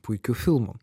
puikiu filmu